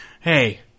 Hey